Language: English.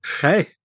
Hey